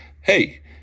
Hey